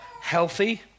healthy